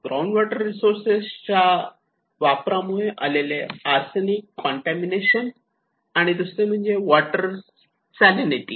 ground water resources च्या वापरामुळे आलेले आर्सेनिक काँटॅमिनशन आणि दुसरे म्हणजे वॉटर सालिनीटी